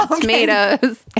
tomatoes